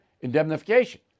indemnification